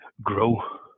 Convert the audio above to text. grow